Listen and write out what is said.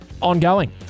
ongoing